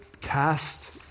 cast